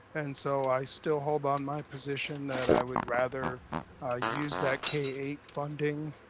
and so i still hold on my position that i would rather use that k eight funding,